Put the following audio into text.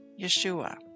Yeshua